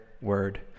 word